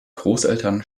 großeltern